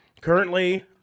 Currently